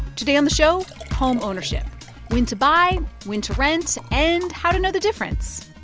today on the show home ownership when to buy, when to rent and how to know the difference.